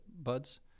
buds